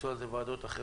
יקפצו על זה ועדות אחרות.